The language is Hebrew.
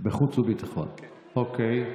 אוקיי.